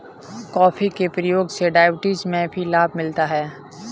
coffee के प्रयोग से डायबिटीज में भी लाभ मिलता है